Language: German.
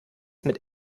mit